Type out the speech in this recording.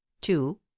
two